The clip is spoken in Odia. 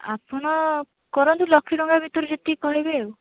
ଆପଣ କରନ୍ତୁ ଲକ୍ଷ ଟଙ୍କା ଭିତରେ ଯେତିକି କହିବେ ଆଉ